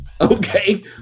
Okay